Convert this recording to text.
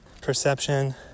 perception